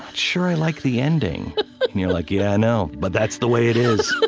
sure i like the ending. and you're like, yeah, i know, but that's the way it is.